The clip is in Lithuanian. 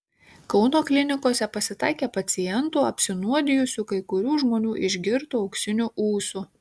kauno klinikose pasitaikė pacientų apsinuodijusių kai kurių žmonių išgirtu auksiniu ūsu